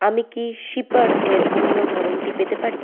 আমি কি সিপার এর অন্য ধরনটি পেতে পারি